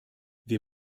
wir